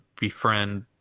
befriend